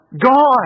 gone